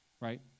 right